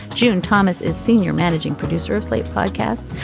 june thomas is senior managing producer of slate podcast.